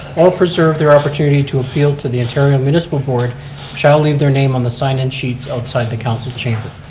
or preserve their opportunity to appeal to the ontario municipal board shall leave their name on the sign in sheets outside the council chamber.